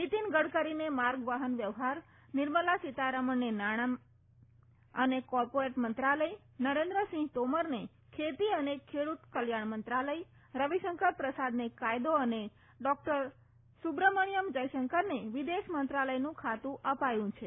નિતીન ગડકરીને સડક પરીવહન તથા ધોરીમાર્ગ નિર્મલા સીતારમણને નાણાં અને કોર્પોરેટ મંત્રાલય નરેન્દ્રસિંહ તોમરને ખેતી અને ખેડૂત કલ્યાણ મંત્રાલય રવિશંકર પ્રસાદને કાયદો અને ડોક્ટર સુધ્રમણ્ય જયશંકરને વિદેશ મંત્રાલયનું ખાતું અપાયું છે